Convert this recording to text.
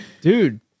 dude